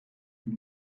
you